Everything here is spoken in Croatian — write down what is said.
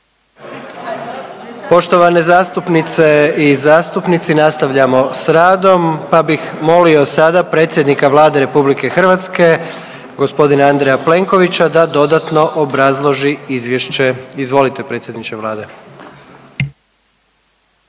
Poštovane zastupnice i zastupnici, nastavljamo s radom, pa bih molio sada predsjednika Vlade RH g. Andreja Plenkovića da dodatno obrazloži izvješće. Izvolite predsjedniče Vlade.